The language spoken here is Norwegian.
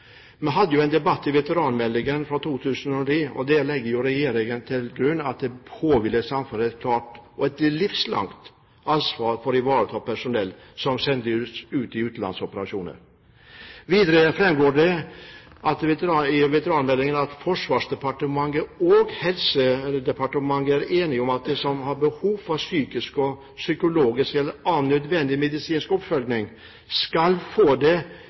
Vi hadde jo en debatt i forbindelse med veteranmeldingen fra 2009, og der legger regjeringen til grunn at det påhviler samfunnet et klart og livslangt ansvar for å ivareta personellet som sendes ut i utenlandsoperasjoner. Videre framgår det av veteranmeldingen at Forsvarsdepartementet og Helsedepartementet er enige om at de som har behov for psykiatrisk, psykologisk eller annen nødvendig medisinsk oppfølging, skal få det